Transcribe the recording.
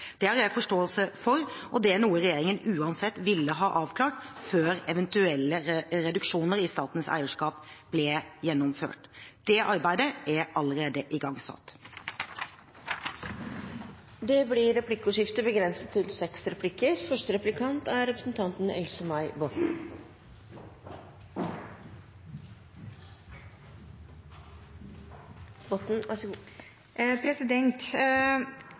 Det har jeg forståelse for, og det er noe regjeringen uansett ville ha avklart før eventuelle reduksjoner i statens eierskap hadde blitt gjennomført. Det arbeidet er allerede igangsatt. Det blir replikkordskifte.